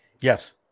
yes